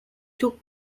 took